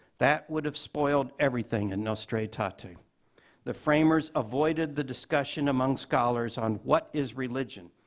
that would've spoiled everything in nostra aetate. ah aetate. the framers avoided the discussion among scholars on, what is religion?